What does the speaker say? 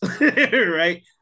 right